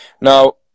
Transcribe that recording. Now